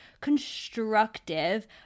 constructive